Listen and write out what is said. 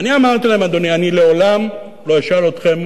ואני אמרתי להם: אני לעולם לא אשאל אתכם: